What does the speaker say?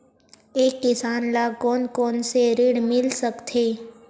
एक किसान ल कोन कोन से ऋण मिल सकथे?